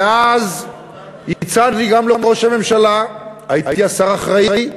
ואז הצעתי גם לראש הממשלה, הייתי השר האחראי,